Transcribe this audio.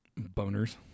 Boners